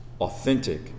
authentic